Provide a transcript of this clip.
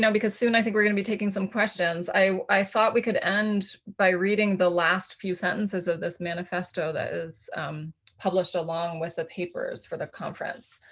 so because soon i think we're gonna be taking some questions. i thought we could end by reading the last few sentences of this manifesto that is published along with the papers for the conference.